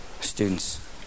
students